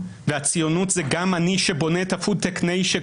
הציונות היא גם אני שבונה את הפוד-טק ניישן